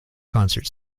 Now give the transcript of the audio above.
concert